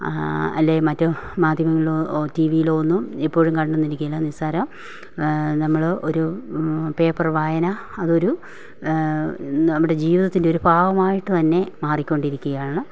അല്ലെങ്കിൽ മറ്റ് മാധ്യമങ്ങളിലോ റ്റി വി യിലോ ഒന്നും എപ്പോഴും കണ്ടെന്നിരിക്കില്ല നിസ്സാരം നമ്മൾ ഒരു പേപ്പറ് വായന അത് ഒരു നമ്മുടെ ജീവിതത്തിൻ്റെ ഒരു ഭാഗമായിട്ട് തന്നെ മാറിക്കൊണ്ടിരിക്കുകയാണ്